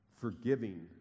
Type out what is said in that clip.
forgiving